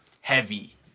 heavy